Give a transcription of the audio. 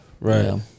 right